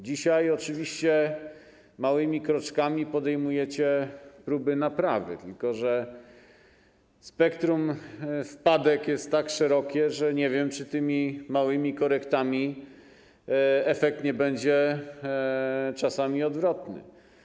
Dzisiaj oczywiście małymi kroczkami podejmujecie próby naprawy, tylko że spektrum wpadek jest tak szerokie, że nie wiem, czy przez te małe korekty efekt nie będzie czasami odwrotny.